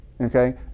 Okay